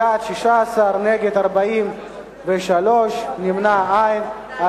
בעד, 16, נגד, 43, ונמנעים, אין.